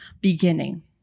beginning